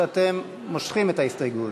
שאתם מושכים את ההסתייגות.